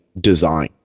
design